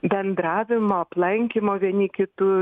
bendravimo aplankymo vieni kitų